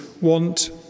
want